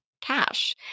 cash